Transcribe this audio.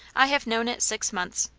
i have known it six months.